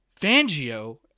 Fangio